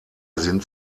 sind